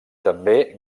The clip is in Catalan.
també